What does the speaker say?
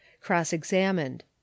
Cross-examined